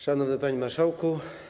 Szanowny Panie Marszałku!